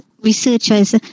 researchers